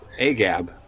Agab